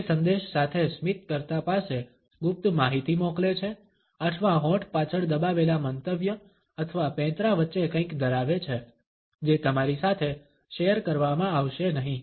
તે સંદેશ સાથે સ્મિત કર્તા પાસે ગુપ્ત માહિતી મોકલે છે અથવા હોઠ પાછળ દબાવેલા મંતવ્ય અથવા પેંતરા વચ્ચે કંઇક ધરાવે છે Refer time 1930 જે તમારી સાથે શેર કરવામાં આવશે નહીં